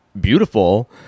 beautiful